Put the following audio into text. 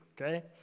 okay